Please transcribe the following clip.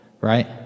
right